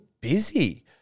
busy